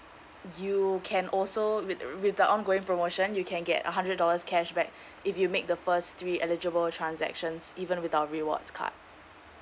you can also with~ with the ongoing promotion you can get a hundred dollars cashback if you make the first three eligible transactions even without our rewards card